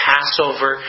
Passover